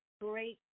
great